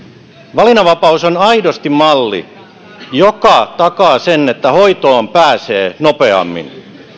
valinnanvapaus on aidosti malli joka takaa sen että hoitoon pääsee nopeammin